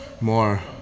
more